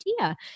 idea